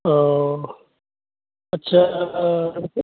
अह आटसा